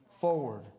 forward